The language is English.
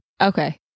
Okay